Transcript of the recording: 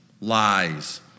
lies